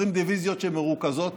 20 דיביזיות שמרוכזות